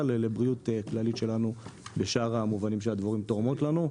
לבריאות כללית שלנו בשאר המובנים של הדברים תורמות לנו.